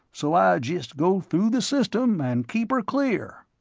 so i jist go through the system and keep her clear.